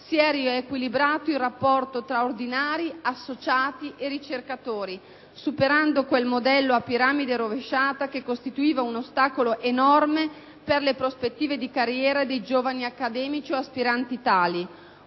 si è riequilibrato il rapporto tra ordinari, associati e ricercatori, superando quel modello a piramide rovesciata che costituiva un ostacolo enorme per le prospettive di carriera dei giovani accademici o aspiranti tali.